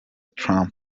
trump